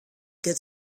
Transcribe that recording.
get